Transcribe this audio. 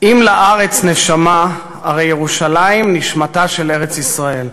"אם לארץ נשמה, הרי ירושלים נשמתה של ארץ-ישראל",